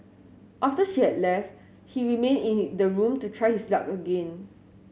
after she had left he remained in his the room to try his luck again